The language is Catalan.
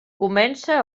comença